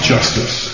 Justice